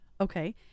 Okay